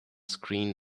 screen